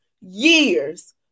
years